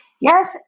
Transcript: yes